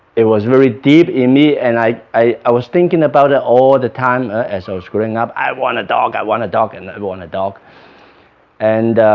it was very deep in me and i i i was thinking about it all the time as i was growing up i want a dog i want a dog and i but want a dog and